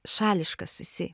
šališkas esi